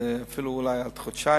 אפילו אולי עוד חודשיים.